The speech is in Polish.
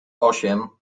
osiem